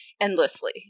endlessly